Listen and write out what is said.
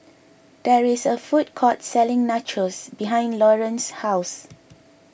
there is a food court selling Nachos behind Lawerence's house